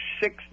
six